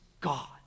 God